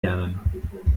lernen